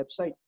website